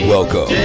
Welcome